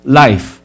life